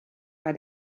bei